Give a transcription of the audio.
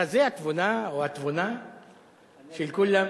רזי התבונה או התבונה של כולם.